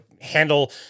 handle